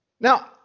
Now